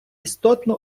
істотно